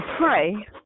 pray